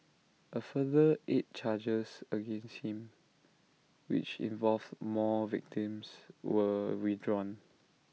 A further eight charges against him which involved more victims were withdrawn